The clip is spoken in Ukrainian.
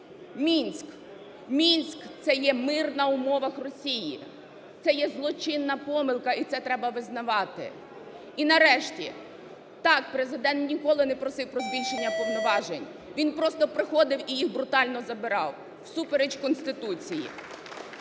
Мінськ. Мінськ – це є мир на умовах Росії. Це є злочинна помилка. І це треба визнавати. І нарешті. Так, Президент ніколи не просив про збільшення повноважень, він просто приходив і їх брутально забирав всупереч Конституції.